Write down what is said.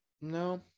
no